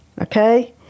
Okay